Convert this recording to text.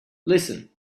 listen